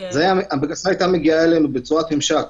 הבקשה הייתה מגיעה אלינו בצורת ממשק,